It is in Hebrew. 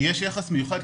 יש יחס מיוחד,